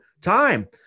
time